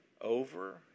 over